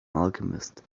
alchemist